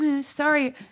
Sorry